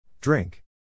Drink